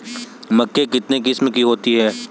मक्का कितने किस्म की होती है?